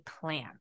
plan